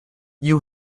you